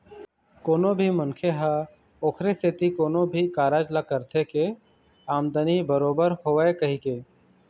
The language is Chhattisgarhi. कोनो भी मनखे ह ओखरे सेती कोनो भी कारज ल करथे के आमदानी बरोबर होवय कहिके